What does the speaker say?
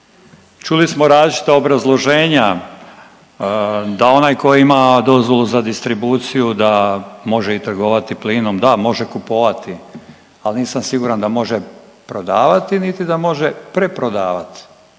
Čuli smo različita obrazloženja da onaj tko ima dozvolu za distribuciju da može i trgovati plinom. Da, može kupovati, al nisam siguran da može prodavati niti da može preprodavat